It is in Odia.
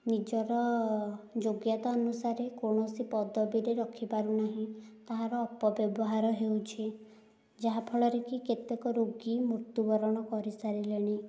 ନିଜର ଯୋଗ୍ୟତା ଅନୁସାରେ କୌଣସି ପଦବୀରେ ରଖି ପାରୁନାହିଁ ତାହାର ଅପବ୍ୟବହାର ହେଉଛି ଯାହାଫଳରେ କି କେତେକ ରୋଗୀ ମୃତ୍ଯୁ ବରଣ କରିସାରିଲେଣି